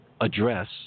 address